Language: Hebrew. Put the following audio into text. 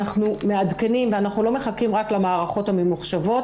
אנחנו מעדכנים ואנחנו לא מחכים רק למערכות הממוחשבות,